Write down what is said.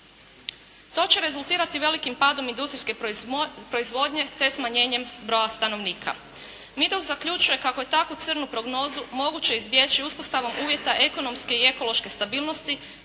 To će rezultirati velikim padom industrijske proizvodnje te smanjenjem broja stanovnika. Meadow zaključuje kako je takvu crnu prognozu moguće izbjeći uspostavom uvjeta ekonomske i ekološke stabilnosti